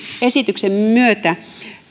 esityksen myötä